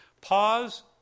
pause